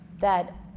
that